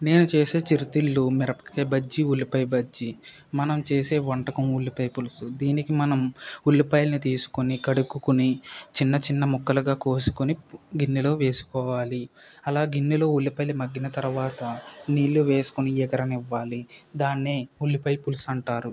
నేను చేసే చిరుతిళ్ళు మిరపకాయ బజ్జి ఉల్లిపాయ బజ్జి మనం చేసే వంటకం ఉల్లిపాయ పులుసు దీనికి మనం ఉల్లిపాయలని తీసుకుని కడుక్కుని చిన్న చిన్న ముక్కలుగా కోసుకుని గిన్నెలో వేసుకోవాలి అలా గిన్నెలో ఉల్లిపాయలు మగ్గిన తరువాత నీళ్ళు వేసుకుని ఎగరనివ్వాలి దాన్నే ఉల్లిపాయ పులుసు అంటారు